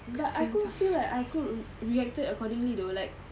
but aku feel like aku reacted accordingly though like